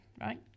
right